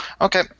Okay